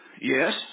Yes